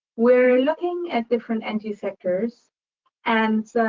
we're looking at different energy sectors and